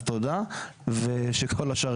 אז, תודה, ושכל השאר